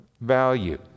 value